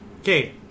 Okay